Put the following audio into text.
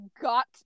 got